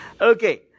Okay